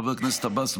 חבר הכנסת עבאס,